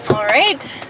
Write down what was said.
all right.